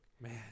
Man